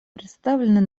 представленный